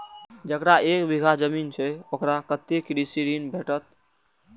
जकरा एक बिघा जमीन छै औकरा कतेक कृषि ऋण भेटत?